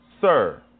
sir